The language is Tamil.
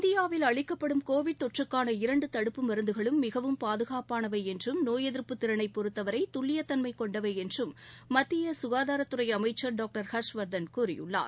இந்தியாவில் அளிக்கப்படும் கோவிட் தொற்றுக்கான இரண்டு தடுப்பு மருந்துகளும் மிகவும் பாதுகாப்பானவை என்றும் நோய் எதிர்ப்பு திறனை பொருத்தவரை துல்லியத்தன்மை கொண்டவை என்றும் மத்திய சுகாதாரத் துறை அமைச்சர் டாக்டர் ஹர்ஷ்வர்த்தன் கூறியுள்ளார்